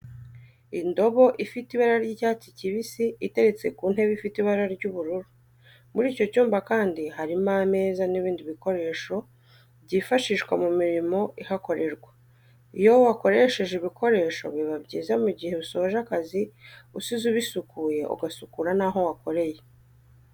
Indobo ifite ibara ry'icyats kibisi iteretse ku ntebe ifite ibara ry'ubururu muri icyo cyumba kandi harimo ameza n'ibindi bikoresho byifashishwa mu mirimo ihakorerwa, iyo wakoresheje ibikoresho biba byiza mu gihe usoje akazi usize ubisukuye ugasukura naho wakoreye.